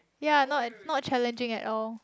ya not not challenging at all